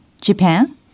Japan